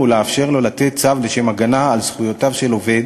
ולאפשר לו לתת צו לשם הגנה על זכויותיו של עובד